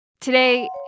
Today